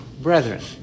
brethren